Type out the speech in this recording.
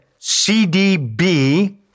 CDB